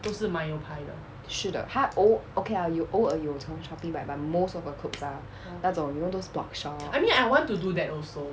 是的她偶 okay lah 有偶尔有从 shopee but most of her clothes ah 那种 you know those blogshop